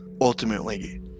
ultimately